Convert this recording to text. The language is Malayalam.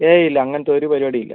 ഏയ് ഇല്ല അങ്ങനത്തെ ഒരു പരിപാടിയും ഇല്ല